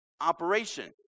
operation